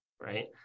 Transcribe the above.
right